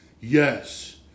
Yes